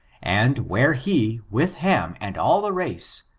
and where he, with ham and all the race,